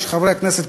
של חברי הכנסת,